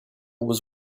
was